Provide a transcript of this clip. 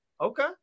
Okay